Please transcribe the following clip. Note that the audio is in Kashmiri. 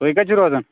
تُہۍ کَتہِ چھِو روزان